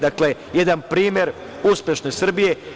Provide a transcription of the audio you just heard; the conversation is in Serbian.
Dakle, jedan primer uspešne Srbije.